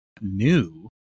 new